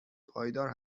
پایدار